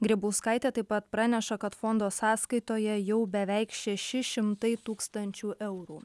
grybauskaitė taip pat praneša kad fondo sąskaitoje jau beveik šeši šimtai tūkstančių eurų